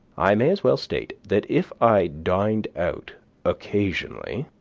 i may as well state, that if i dined out occasionally,